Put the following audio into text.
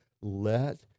let